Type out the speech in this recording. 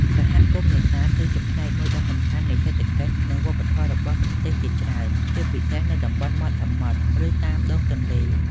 សហគមន៍នេសាទគឺជាផ្នែកមួយដ៏សំខាន់នៃសេដ្ឋកិច្ច និងវប្បធម៌របស់ប្រទេសជាច្រើន ជាពិសេសនៅតំបន់មាត់សមុទ្រ ឬតាមដងទន្លេ។